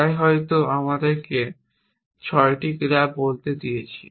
তাই আমি হয়ত আমাদেরকে ছয়টি ক্রিয়া বলতে দিয়েছি